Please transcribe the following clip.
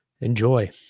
Enjoy